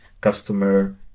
customer